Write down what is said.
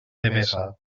devesa